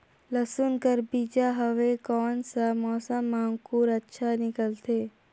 लसुन कर बीजा हवे कोन सा मौसम मां अंकुर अच्छा निकलथे?